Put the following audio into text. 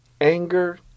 anger